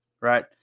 right